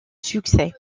succès